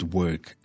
work